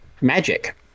magic